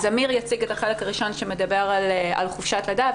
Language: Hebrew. אמיר יציג את החלק הראשון שמדבר על חופשת לידה,